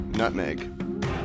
nutmeg